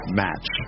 match